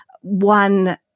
one